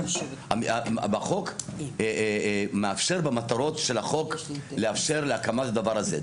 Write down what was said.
החוק מאפשר במטרות שלו לאפשר להקמת הדבר הזה.